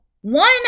One